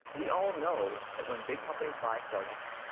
we all know that when big companies buy startups,